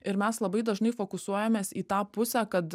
ir mes labai dažnai fokusuojamės į tą pusę kad